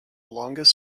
longest